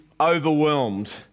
overwhelmed